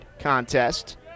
contest